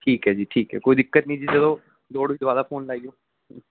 ਠੀਕ ਹੈ ਜੀ ਠੀਕ ਹੈ ਕੋਈ ਦਿੱਕਤ ਨਹੀਂ ਜੀ ਜਦੋਂ ਲੋੜ ਹੋਈ ਦੁਬਾਰਾ ਫੋਨ ਲਾਈਓ